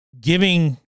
giving